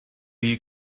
you